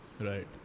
Right